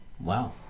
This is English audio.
Wow